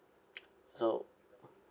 so